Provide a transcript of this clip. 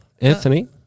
Anthony